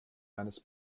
eines